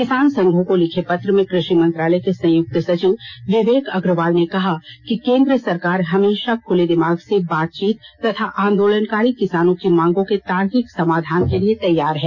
किसान संघों को लिखे पत्र में कृषि मंत्रालय के संयुक्त सचिव विवेक अग्रवाल ने कहा कि केंद्र सरकार हमेशा खुले दिमाग से बातचीत तथा आंदोलनकारी किसानों की मांगों के तार्किक समाधान के लिए तैयार है